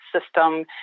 system